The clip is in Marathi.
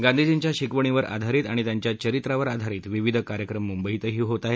गांधीजींच्या शिकवणीवर आधारित आणि त्यांच्या चरित्रावर आधारित विविध कार्यक्रम मुंबईतही होत आहेत